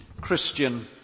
Christian